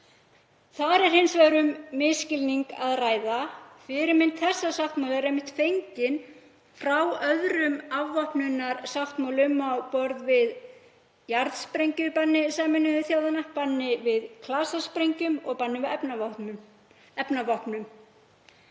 Þar er hins vegar um misskilning að ræða. Fyrirmynd þessa sáttmála er einmitt fengin frá öðrum afvopnunarsáttmálum á borð við jarðsprengjubann Sameinuðu þjóðanna, bann við klasasprengjum og bann við efnavopnum.